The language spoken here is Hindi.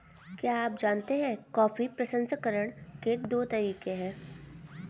क्या आप जानते है कॉफी प्रसंस्करण के दो तरीके है?